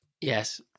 Yes